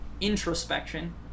introspection